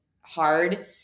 hard